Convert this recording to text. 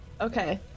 okay